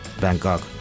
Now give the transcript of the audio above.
Bangkok